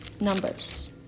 numbers